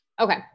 Okay